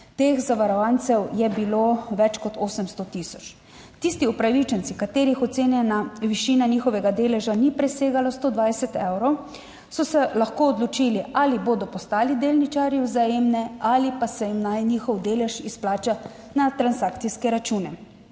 Teh zavarovancev je bilo več kot 800 tisoč. Tisti upravičenci, katerih ocenjena višina njihovega deleža ni presegala 120 evrov, so se lahko odločili, ali bodo postali delničarji Vzajemne ali pa se jim naj njihov delež izplača na transakcijske račune.